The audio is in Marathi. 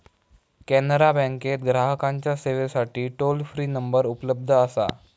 कॅनरा बँकेत ग्राहकांच्या सेवेसाठी टोल फ्री नंबर उपलब्ध असा